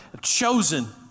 Chosen